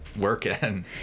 working